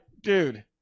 dude